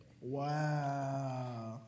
Wow